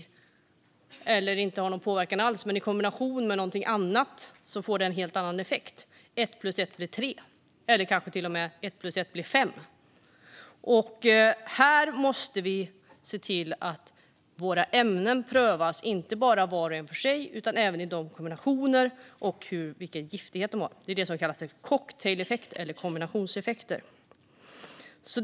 Den kanske inte har någon påverkan alls, men i kombination med någonting annat får den en helt annan effekt. Ett plus ett blir tre eller kanske till och med fem. Här måste vi se till att våra ämnen prövas, inte bara vart och ett för sig utan även i kombinationer och efter giftighet. Det är det som vi kallar för cocktail eller kombinationseffekter.